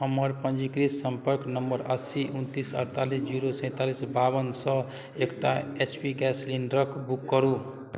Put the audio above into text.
हमर पञ्जीकृत सम्पर्क नम्बर अस्सी उनतिस अड़तालिस जीरो सैँतालिस बावनसे एकटा एच पी गैस सिलेण्डरके बुक करू